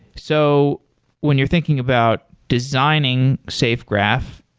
so when you're thinking about designing safe graph,